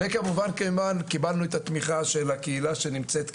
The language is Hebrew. וכמובן קיבלנו את התמיכה של הקהילה שנמצאת כאן.